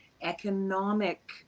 economic